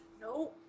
no